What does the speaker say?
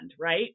Right